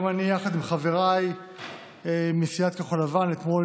גם אני, יחד עם חבריי מסיעת כחול לבן, אתמול